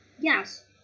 Yes